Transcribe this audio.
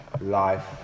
life